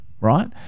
right